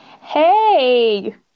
Hey